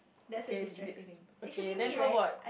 that's a distressing thing it should be me right I